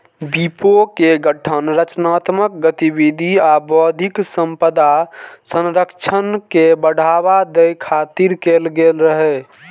विपो के गठन रचनात्मक गतिविधि आ बौद्धिक संपदा संरक्षण के बढ़ावा दै खातिर कैल गेल रहै